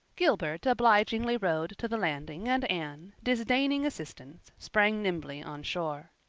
gilbert obligingly rowed to the landing and anne, disdaining assistance, sprang nimbly on shore.